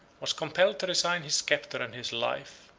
was compelled to resign his sceptre and his life.